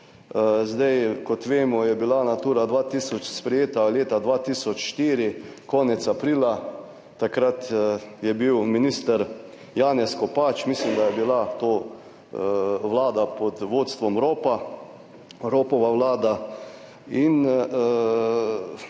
Zdaj kot vemo, je bila Natura dva tisoč sprejeta leta 2004 konec aprila. Takrat je bil minister Janez Kopač. Mislim, da je bila to Vlada pod vodstvom Ropa, Ropova Vlada in nekako